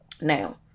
Now